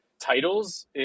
titles